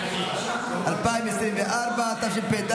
התשפ"ד